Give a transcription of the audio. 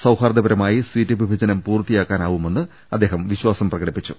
സൌഹാർദ്ദപരമായി seat വിഭജനം പൂർത്തിയാക്കാനാവുമെന്ന് അദ്ദേഹം വിശ്വാസം പ്രകടിപ്പിച്ചു